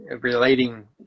relating